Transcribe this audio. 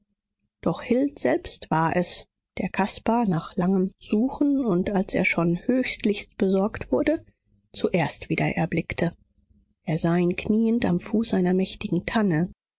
doch hill selbst war es der caspar nach langem suchen und als er schon höchlichst besorgt wurde zuerst wieder erblickte er sah ihn kniend am fuß einer mächtigen tanne